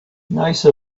nice